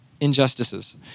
injustices